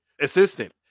Assistant